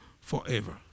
Forever